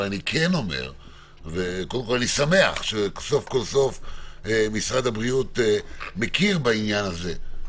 אבל קודם כול אני שמח שסוף כל סוף משרד הבריאות מכיר בעניין הזה,